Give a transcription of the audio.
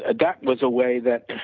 ah that was a way that